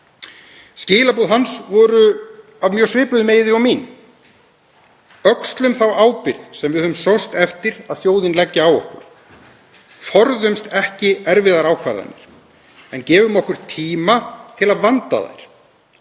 Skilaboð hans voru af mjög svipuðum meiði og mín: Öxlum þá ábyrgð sem við höfum sóst eftir að þjóðin leggi á okkur, forðumst ekki erfiðar ákvarðanir en gefum okkur tíma til að vanda þær.